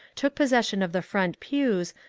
took possession of the front pews,